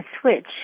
switch